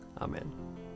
Amen